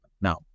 Now